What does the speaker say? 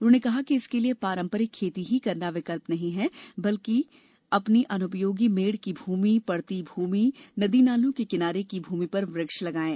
उन्होंने कहा कि इसके लिए पारंपरिक खेती ही करना विकल्प नहीं है बल्कि अपनी अनुपयोगी मेढ़ की भूमि पड़ती भूमि नदीनालों के किनारे की भूमि पर वृक्ष लगाएं